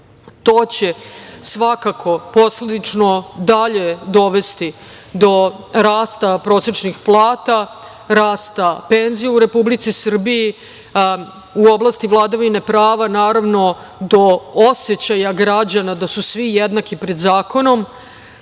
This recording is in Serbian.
To će svakako posledično dalje dovesti do rasta prosečnih plata, rasta penzija u Republici Srbiji, u oblasti vladavine prava do osećaja građana da su svi jednaki pred zakonom,